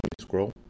Scroll